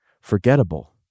forgettable